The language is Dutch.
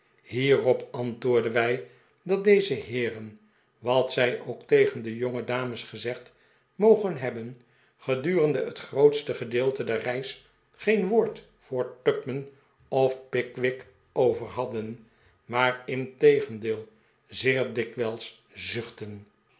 hierop antwoorden wij dat deze heeren wat zij ook tegen de jongedames gezegd mogen hebben gedurende het grootste gedeelte der reis geen woord voor tupman of pickwick over hadden maar integendeel zeer dikwijls zuchtten